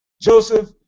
Joseph